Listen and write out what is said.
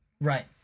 right